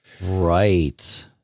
Right